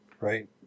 right